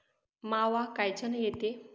मावा कायच्यानं येते?